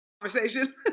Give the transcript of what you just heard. conversation